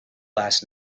last